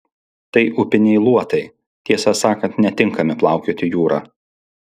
tai upiniai luotai tiesą sakant netinkami plaukioti jūra